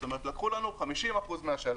זאת אומרת, לקחו לנו 50% מהשלל.